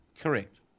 Correct